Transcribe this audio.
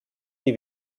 die